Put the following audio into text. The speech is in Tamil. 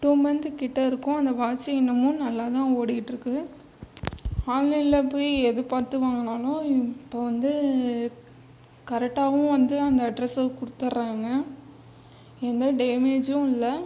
டூ மன்த் கிட்ட இருக்கும் அந்த வாட்சு இன்னமும் நல்லாதான் ஓடிக்கிட்டு இருக்குது ஆன்லைனில் போய் எது பார்த்து வாங்கினாலும் இப்போ வந்து கரெக்டாவும் வந்து அந்த அட்ரஸில் கொடுத்துடறாங்க எந்த டேமேஜும் இல்லை